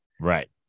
right